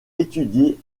étudié